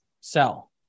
sell